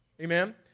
Amen